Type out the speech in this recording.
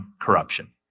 corruption